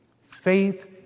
Faith